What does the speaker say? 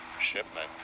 shipment